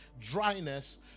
dryness